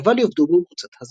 לבל יאבדו במרוצת הזמן.